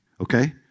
Okay